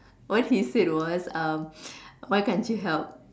what he said was um why can't you help